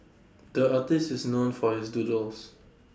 the artist is known for his doodles